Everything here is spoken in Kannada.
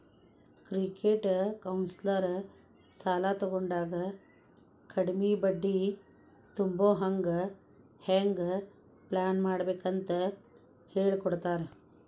ಕ್ರೆಡಿಟ್ ಕೌನ್ಸ್ಲರ್ ಸಾಲಾ ತಗೊಂಡಾಗ ಕಡ್ಮಿ ಬಡ್ಡಿ ತುಂಬೊಹಂಗ್ ಹೆಂಗ್ ಪ್ಲಾನ್ಮಾಡ್ಬೇಕಂತ್ ಹೆಳಿಕೊಡ್ತಾರ